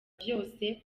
vyose